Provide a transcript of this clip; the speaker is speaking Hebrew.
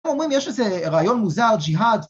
‫אנחנו אומרים, יש איזה רעיון מוזר, ‫ג'יהאד.